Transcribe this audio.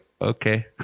okay